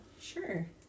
Sure